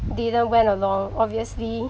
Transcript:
didn't went along obviously